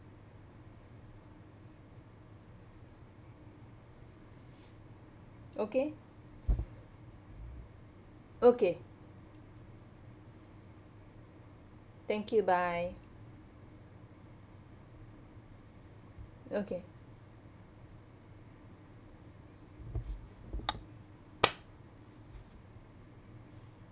okay okay thank you bye okay